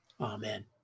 Amen